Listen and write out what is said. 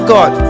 God